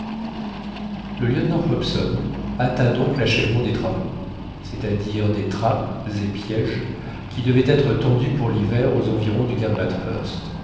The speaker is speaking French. le lieutenant hobson hâta donc l'achèvement des travaux c'est-àdire des trappes et pièges qui devaient être tendus pour l'hiver aux environs du cap